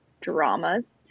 dramas